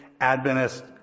Adventist